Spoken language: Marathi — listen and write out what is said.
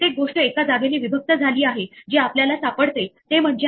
स्कोर एका विशिष्ट फलंदाज बी सोबत संबंधित आहे